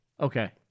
Okay